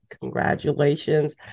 congratulations